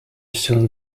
soon